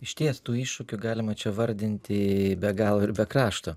išties tų iššūkių galima vardinti be galo ir be krašto